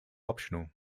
optional